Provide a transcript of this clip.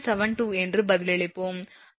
72 என்று பதிலளிப்போம்